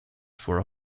for